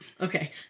okay